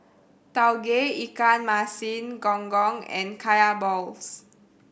Tauge Ikan Masin Gong Gong and Kaya balls